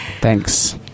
thanks